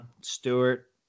Stewart